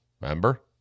Remember